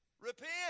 Repent